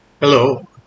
Hello